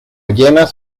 llenas